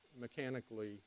mechanically